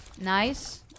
Nice